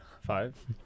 five